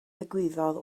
ddigwyddodd